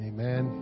Amen